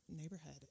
neighborhood